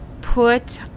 put